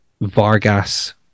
Vargas